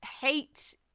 hate